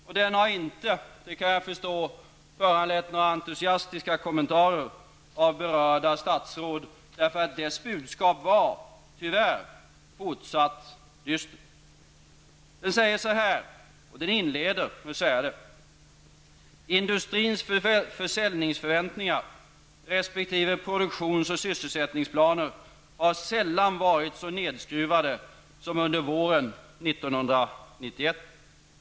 Såvitt jag förstår har den inte föranlett några entusiastiska kommentarer av berörda statsråd. Dess budskap var tyvärr: fortsatt dystert. Planenkäten inleds med: ''Industrins försäljningsförväntningar respektive produktionsoch sysselsättningsplaner har sällan varit så nedskruvade som under våren 1991''.